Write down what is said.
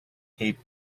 tape